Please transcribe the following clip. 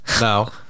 No